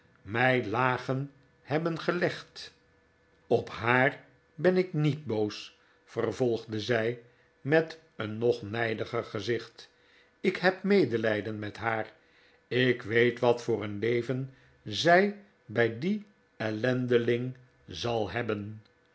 mij lagen hebben gelegd op haar ben ik niet boos vervolgde zij met een nog nijdiger gezicht ik heb medelijden met haar ik weet wat voor een leven zij bij dien ellendeling zal hebben